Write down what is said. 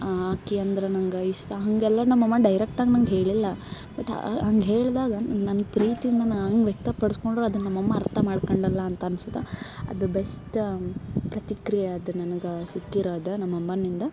ಆಕಿ ಅಂದ್ರ ನಂಗೆ ಇಷ್ಟ ಹಾಗೆಲ್ಲ ನಮ್ಮಮ್ಮ ಡೈರೆಕ್ಟಾಗಿ ನಂಗೆ ಹೇಳಿಲ್ಲ ಬಟ್ ಹಂಗೆ ಹೇಳ್ದಾಗ ನನ್ಗೆ ಪ್ರೀತಿನ ನಾನು ವ್ಯಕ್ತ ಪಡ್ಸ್ಕೊಂಡಿರೋದು ನಮ್ಮಮ್ಮ ಅರ್ಥ ಮಾಡ್ಕಂಡ್ಳಲ್ಲ ಅಂತ ಅನ್ಸುತ್ತ ಅದು ಬೆಸ್ಟ ಪ್ರತಿಕ್ರಿಯೆ ಅದು ನನಗೆ ಸಿಕ್ಕಿರೋದ ನಮ್ಮಮ್ಮನಿಂದ